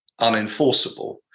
unenforceable